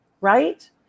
right